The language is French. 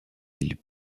îles